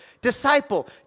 disciple